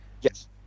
Yes